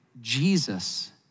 Jesus